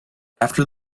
after